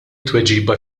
tweġiba